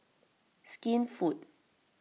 Skinfood